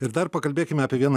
ir dar pakalbėkime apie vieną